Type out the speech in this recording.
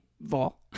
Vol